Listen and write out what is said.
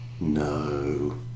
No